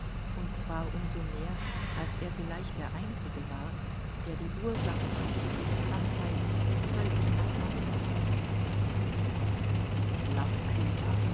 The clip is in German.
und zwar um so mehr als er vielleicht der einzige war der die ursache von kittys krankheit völlig erkannt hatte du